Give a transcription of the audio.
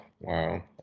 wow